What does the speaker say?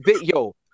yo